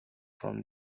from